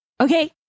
okay